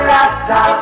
Rasta